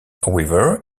however